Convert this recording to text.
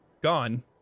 gone